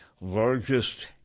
largest